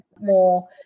more